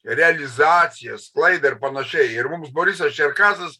realizaciją sklaidą ir panašiai ir mums borisas čerkasas